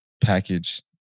package